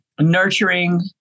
nurturing